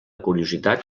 curiositat